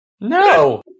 No